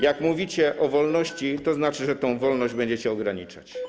Jak mówicie o wolności, to znaczy, że tę wolność będziecie ograniczać.